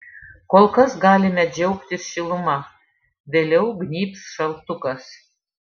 kol kas galime džiaugtis šiluma vėliau gnybs šaltukas